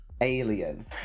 alien